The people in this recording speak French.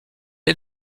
est